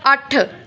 ਅੱਠ